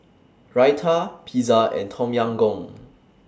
Raita Pizza and Tom Yam Goong